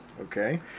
Okay